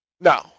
No